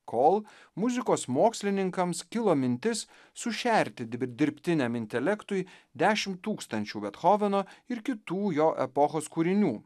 kol muzikos mokslininkams kilo mintis sušerti dirbtiniam intelektui dešimt tūkstančių bethoveno ir kitų jo epochos kūrinių